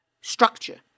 structure